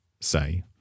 say